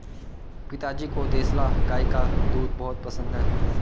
पिताजी को देसला गाय का दूध बेहद पसंद है